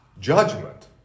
judgment